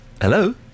Hello